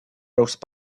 those